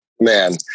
man